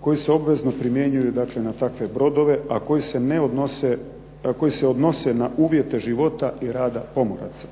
koji se obvezno primjenjuju na takve brodove a koji se odnose na uvjete života i rada pomoraca.